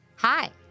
Hi